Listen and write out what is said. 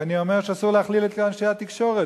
ואני אומר שאסור להכליל את אנשי התקשורת,